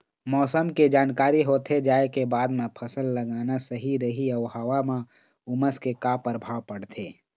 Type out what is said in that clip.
मौसम के जानकारी होथे जाए के बाद मा फसल लगाना सही रही अऊ हवा मा उमस के का परभाव पड़थे?